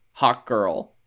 Hawkgirl